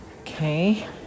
Okay